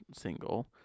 single